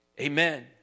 amen